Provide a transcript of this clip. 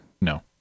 No